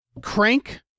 Crank